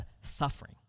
suffering